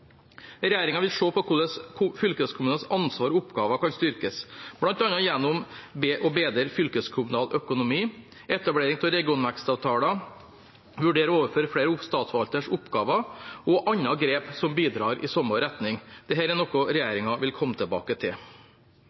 vil se på hvordan fylkeskommunenes ansvar og oppgaver kan styrkes, bl.a. gjennom å bedre den fylkeskommunale økonomien, etablere regionvekstavtaler og vurdere å overføre flere av statsforvalternes oppgaver, og andre grep som bidrar i samme retning. Dette er noe regjeringen vil komme tilbake til.